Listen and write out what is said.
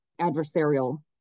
adversarial